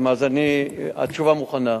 אז התשובה מוכנה.